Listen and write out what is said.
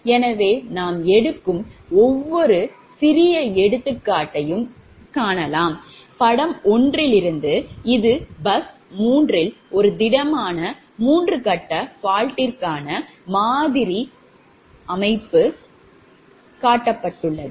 எனவே நாம் எடுக்கும் மற்றொரு சிறிய எடுத்துக்காட்டு படம் 1 இலிருந்து இது பஸ் 3 இல் ஒரு திடமான 3 கட்ட faultகான மாதிரி சக்தி அமைப்பு வலையமைப்பைக் காட்டபட்டுள்ளது